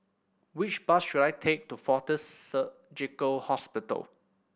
which bus should I take to Fortis Surgical Hospital